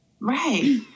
right